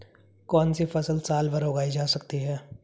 कौनसी फसल साल भर उगाई जा सकती है?